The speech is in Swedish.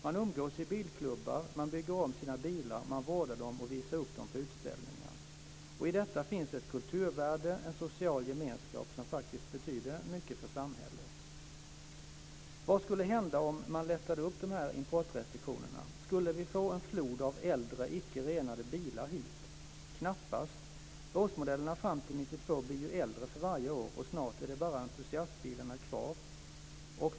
Man umgås i bilklubbar, man bygger om sina bilar, man vårdar dem och visar upp dem på utställningar. I detta finns ett kulturvärde och en social gemenskap som faktiskt betyder mycket för samhället. Vad skulle hända om man lättade upp de här importrestriktionerna? Skulle vi få en flod av äldre bilar utan modern avgasrening hit? Knappast. Årsmodellerna fram till 1992 blir ju äldre för varje år, och snart är det bara entusiastbilarna kvar.